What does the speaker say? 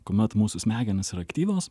kuomet mūsų smegenys yra aktyvios